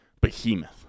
behemoth